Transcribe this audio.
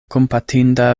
kompatinda